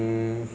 cause